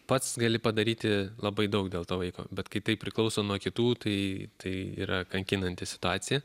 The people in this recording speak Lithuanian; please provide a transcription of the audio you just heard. pats gali padaryti labai daug dėl to vaiko bet kai tai priklauso nuo kitų tai tai yra kankinanti situacija